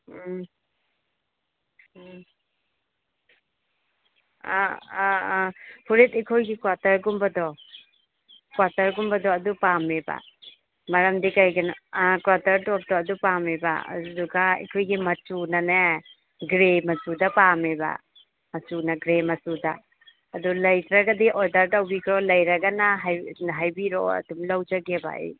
ꯎꯝ ꯎꯝ ꯑꯥ ꯑꯥ ꯑꯥ ꯐꯨꯔꯤꯠ ꯑꯩꯈꯣꯏꯒꯤ ꯀ꯭ꯋꯥꯇꯔꯒꯨꯝꯕꯗꯣ ꯀ꯭ꯋꯥꯇꯔꯒꯨꯝꯕꯗꯣ ꯑꯗꯨ ꯄꯥꯝꯃꯦꯕ ꯃꯔꯝꯗꯤ ꯀꯩꯒꯤꯅꯣ ꯑꯥ ꯀ꯭ꯋꯥꯇꯔ ꯇꯣꯞꯇꯣ ꯑꯗꯨ ꯄꯥꯝꯃꯦꯕ ꯑꯗꯨꯗꯨꯒ ꯑꯩꯈꯣꯏꯒꯤ ꯃꯆꯨꯅꯅꯦ ꯒ꯭ꯔꯦ ꯃꯆꯨꯗ ꯄꯥꯝꯃꯦꯕ ꯃꯆꯨꯅ ꯒ꯭ꯔꯦ ꯃꯆꯨꯗ ꯑꯗꯨ ꯂꯩꯇ꯭ꯔꯒꯗꯤ ꯑꯣꯔꯗꯔ ꯇꯧꯕꯤꯈ꯭ꯔꯣ ꯂꯩꯔꯒꯅ ꯍꯥꯏꯕꯤꯔꯛꯑꯣ ꯑꯗꯨꯝ ꯂꯧꯖꯒꯦꯕ ꯑꯩ